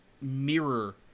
mirror